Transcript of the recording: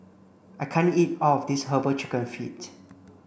I can't eat all of this herbal chicken feet